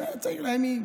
צעיר לימים: